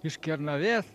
iš kernavės